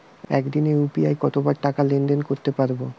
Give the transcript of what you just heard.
একদিনে ইউ.পি.আই কতবার টাকা লেনদেন করতে পারব?